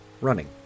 Running